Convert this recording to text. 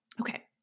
Okay